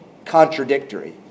contradictory